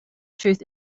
truth